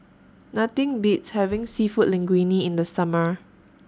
Nothing Beats having Seafood Linguine in The Summer